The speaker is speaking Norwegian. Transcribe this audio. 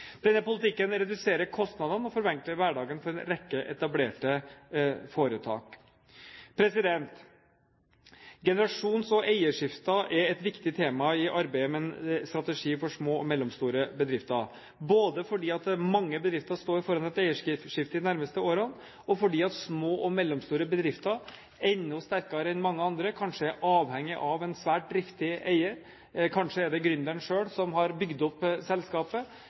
Denne politikken reduserer kostnadene og forenkler hverdagen for en rekke etablerte foretak. Generasjons- og eierskifter er et viktig tema i arbeidet med en strategi for små og mellomstore bedrifter, både fordi mange bedrifter står foran et eierskifte i de nærmeste årene, og fordi små og mellomstore bedrifter – enda sterkere enn mange andre – kanskje er avhengige av en svært driftig eier. Kanskje er det gründeren selv som har bygget opp selskapet,